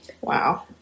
Wow